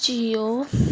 Jio